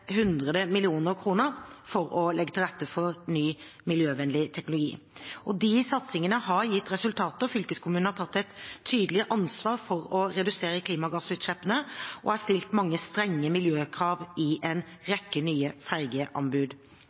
100 mill. kr for å legge til rette for ny miljøvennlig teknologi. De satsingene har gitt resultater. Fylkeskommunene har tatt et tydelig ansvar for å redusere klimagassutslippene og stilt mange strenge miljøkrav i en rekke nye